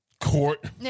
court